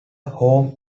home